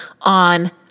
on